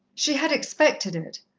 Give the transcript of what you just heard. she had expected it,